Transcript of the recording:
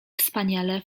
wspaniale